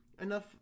enough